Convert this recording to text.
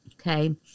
okay